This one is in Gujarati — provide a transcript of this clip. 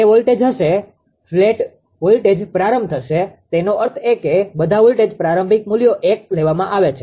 તે વોલ્ટેજ હશે ફ્લેટ વોલ્ટેજ પ્રારંભ થશે તેનો અર્થ એ કે બધા વોલ્ટેજ પ્રારંભિક મૂલ્યો 1 લેવામાં આવે છે